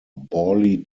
bally